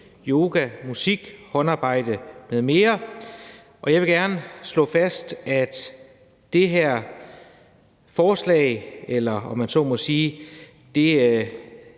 yoga, musik, håndarbejde m.m. Jeg vil gerne slå fast, at det her forslag eller, om man så må sige, det